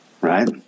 Right